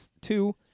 two